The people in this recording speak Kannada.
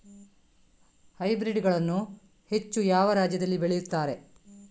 ಹೈಬ್ರಿಡ್ ಗಳನ್ನು ಹೆಚ್ಚು ಯಾವ ರಾಜ್ಯದಲ್ಲಿ ಬೆಳೆಯುತ್ತಾರೆ?